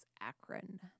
Akron